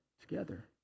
together